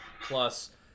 plus